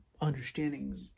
understandings